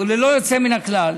ללא יוצא מן הכלל,